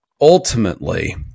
ultimately